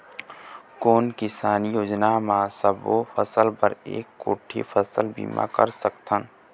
कोन किसानी योजना म सबों फ़सल बर एक कोठी फ़सल बीमा कर सकथन?